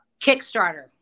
Kickstarter